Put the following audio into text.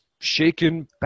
shaken